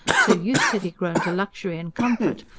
so used had he grown to luxury and comfort,